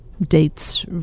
dates